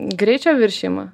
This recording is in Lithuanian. greičio viršijimą